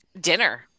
dinner